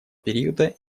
периода